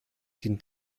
dient